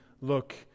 look